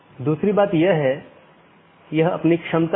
तो यह दूसरे AS में BGP साथियों के लिए जाना जाता है